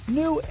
new